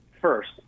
First